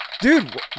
Dude